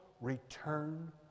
return